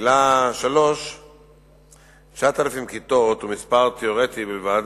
3. 9,000 כיתות הוא מספר תיאורטי בלבד,